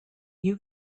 you